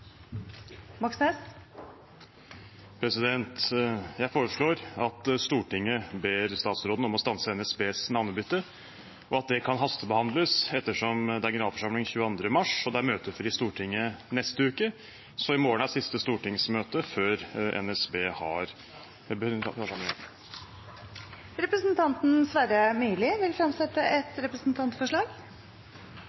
om å stanse NSBs navnebytte – og at det kan hastebehandles, ettersom NSB har generalforsamling 22. mars og det er møtefri i Stortinget neste uke. I morgen er siste stortingsmøte før NSB har generalforsamling. Representanten Sverre Myrli vil fremsette et